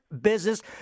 business